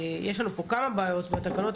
יש לנו פה כמה בעיות בתקנות,